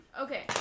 Okay